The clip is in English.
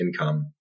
income